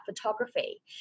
photography